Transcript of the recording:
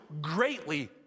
greatly